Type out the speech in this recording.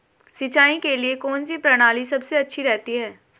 सिंचाई के लिए कौनसी प्रणाली सबसे अच्छी रहती है?